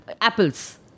Apples